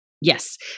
Yes